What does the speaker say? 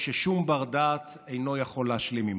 ששום בר-דעת אינו יכול להשלים עימה,